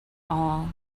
all